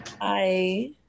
Hi